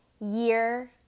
year